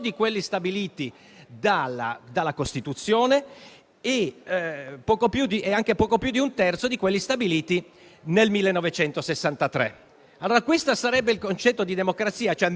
Pensare dunque di ridurre a meno della metà, a poco più di un terzo, il numero dei senatori per milione di abitanti, o rispetto al totale della popolazione elettorale,